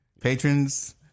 patrons